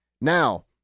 Now